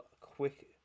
quick